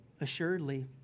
Assuredly